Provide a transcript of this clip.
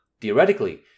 Theoretically